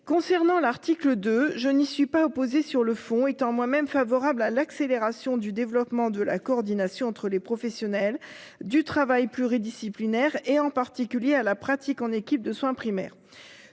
Concernant l'article 2 je n'y suis pas opposé sur le fond étant moi-même favorables à l'accélération du développement de la coordination entre les professionnels du travail pluridisciplinaire et en particulier à la pratique en équipe de soins primaires.